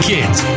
Kids